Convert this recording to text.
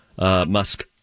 Musk